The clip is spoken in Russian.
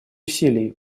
усилий